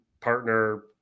partner